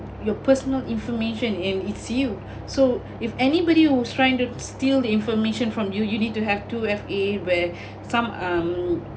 your personal information in it's you so if anybody who's trying to steal information from you you need to have to have a where some um